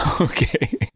Okay